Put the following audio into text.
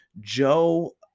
Joe